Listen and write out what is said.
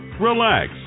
relax